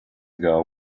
ago